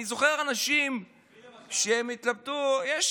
אני זוכר אנשים שהתלבטו, מי, למשל?